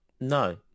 No